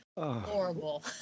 horrible